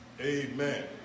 Amen